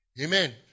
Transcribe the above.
Amen